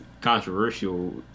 controversial